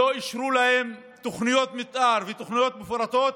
שלא אישרו להם תוכניות מתאר ותוכניות מפורטות